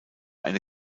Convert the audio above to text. eine